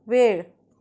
वेळ